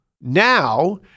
Now